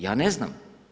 Ja ne znam.